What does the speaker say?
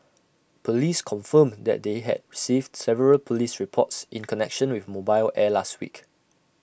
Police confirmed that they had received several Police reports in connection with mobile air last week